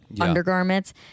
undergarments